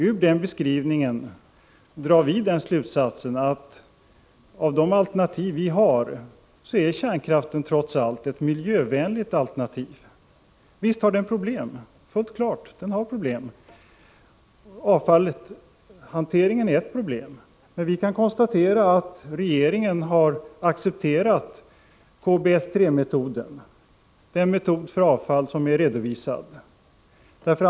Av denna beskrivning drar vi den slutsatsen att av de alternativ som finns kärnkraften trots allt är ett miljövänligt alternativ. Visst finns det problem med avfallshanteringen. Men vi kan konstatera att regeringen har accepterat KBS 3-metoden, den metod för avfallshantering som är noggrant analyserad.